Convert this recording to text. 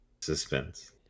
Suspense